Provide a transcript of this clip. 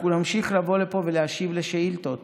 אנחנו נמשיך לבוא לפה ולהשיב על שאילתות